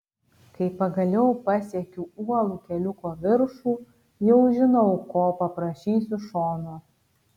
kai pagaliau pasiekiu uolų keliuko viršų jau žinau ko paprašysiu šono